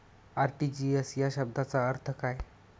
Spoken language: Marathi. आर.टी.जी.एस या शब्दाचा अर्थ काय?